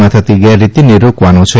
માં થતી ગેરરીતિને રોકવાનો છે